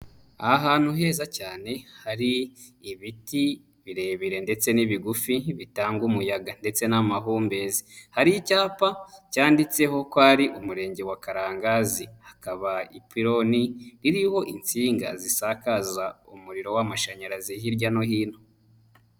Ahantu heza cyane hari ibiti birebire ndetse n'ibigufi bitanga umuyaga ndetse n'amahumbezi, hari icyapa cyanditseho ko ari Umurenge wa Karangazi, hakaba ipironi iriho insinga zisakaza umuriro w'amashanyarazi hirya no hino.